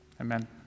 amen